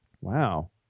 Wow